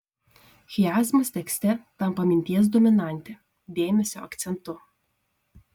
chiazmas tekste tampa minties dominante dėmesio akcentu